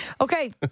Okay